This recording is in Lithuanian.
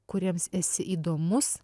kuriems esi įdomus